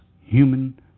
human